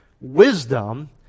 Wisdom